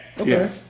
Okay